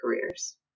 careers